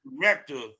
director